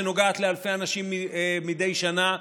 שנוגעת לאלפי אנשים מדי שנה,